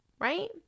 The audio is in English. right